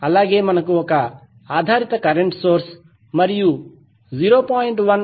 అలాగే మనకు ఒక ఆధారిత కరెంట్ సోర్స్ మరియు 0